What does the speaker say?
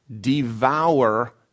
devour